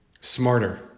smarter